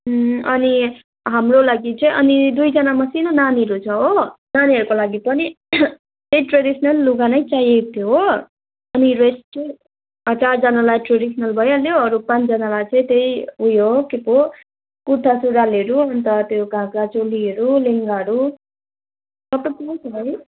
अनि हाम्रो लागि चाहिँ अनि दुईजना मसिनो नानीहरू छ हो नानीहरूको लागि पनि त्यही ट्रेडिसनल लुगा नै चाहिएको थियो हो अनि रेस्ट चाहिँ चारजनालाई ट्रेडिसनल भइहाल्यो अरू पाँचजनालाई त्यही उयो के पो कुर्ता सुरुवालहरू अन्त त्यो घाग्रा चोलीहरू लेहङ्गाहरू सब त पाउँछ होला नि